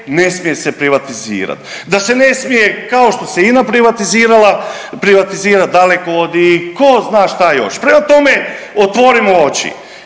ne smije se privatizirati, da se ne smije kao što se INA privatizirala privatizirati dalekovodi, tko zna šta još. Prema tome, otvorimo oči.